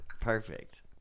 perfect